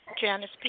Janice